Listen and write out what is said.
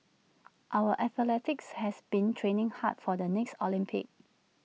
our athletes have been training hard for the next Olympics